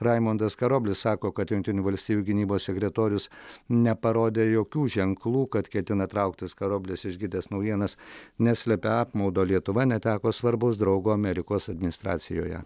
raimundas karoblis sako kad jungtinių valstijų gynybos sekretorius neparodė jokių ženklų kad ketina trauktis karoblis išgirdęs naujienas neslepia apmaudo lietuva neteko svarbaus draugo amerikos administracijoje